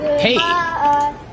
Hey